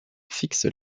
fixe